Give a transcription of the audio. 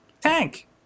tank